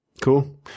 Cool